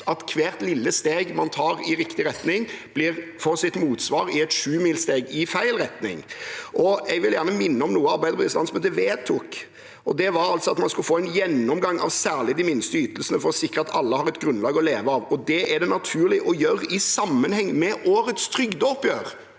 at hvert lite steg man tar i riktig retning, får sitt motsvar i et sjumilssteg i feil retning. Jeg vil gjerne minne om noe Arbeiderpartiets landsmøte vedtok. Det var at man skulle få en gjennomgang av særlig de laveste ytelsene for å sikre at alle har et grunnlag å leve av, og at det var det naturlig å gjøre i sammenheng med årets trygdeoppgjør.